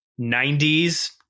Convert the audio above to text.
90s